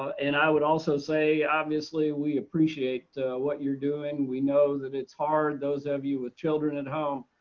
and i would also say obviously we appreciate what you're doing we know that it's hard those of you with children at home.